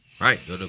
right